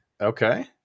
okay